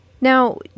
Now